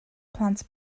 plant